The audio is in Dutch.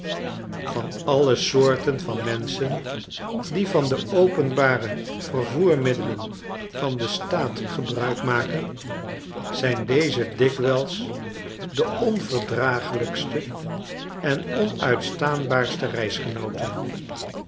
van alle soorten van menchen die van de openbare vervoermiddelen van den staat gebruik maken zijn deze dikwijls de onverdraaglijkste en onuitstaanbaarste